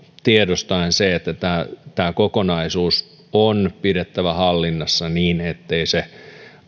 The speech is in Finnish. tiedostaen se että tämä tämä kokonaisuus on pidettävä hallinnassa niin ettei se